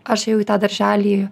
aš ėjau į tą darželį